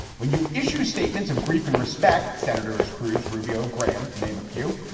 when you issue statements of grief and respect senators cruz, rubio, graham, to name a few.